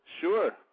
Sure